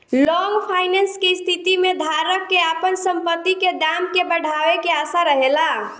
long finance के स्थिति में धारक के आपन संपत्ति के दाम के बढ़ावे के आशा रहेला